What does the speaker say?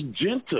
gentle